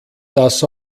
das